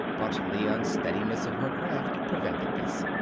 but the unsteadiness of her craft prevented this.